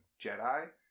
Jedi